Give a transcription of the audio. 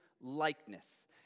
likeness